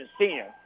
senior